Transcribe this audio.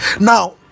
now